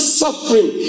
suffering